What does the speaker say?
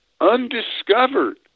undiscovered